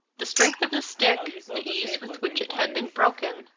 the strength of the stick, the ease with which it had been broken,